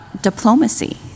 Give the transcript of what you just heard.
Diplomacy